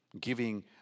giving